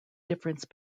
difference